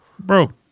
Bro